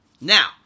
Now